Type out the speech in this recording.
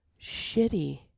shitty